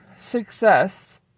success